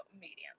medium